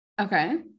Okay